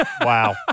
Wow